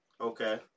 Okay